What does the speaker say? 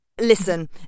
listen